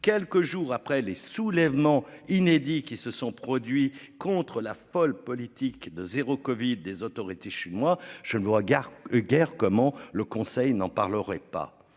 quelques jours après les soulèvements inédit, qui se sont produits contre la folle politique de zéro Covid des autorités chinois. Je ne vois gare guerre comment le Conseil n'en parlerai pas.